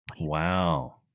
Wow